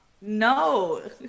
No